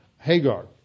Hagar